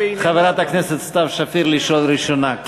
לחברת הכנסת סתיו שפיר לשאול ראשונה.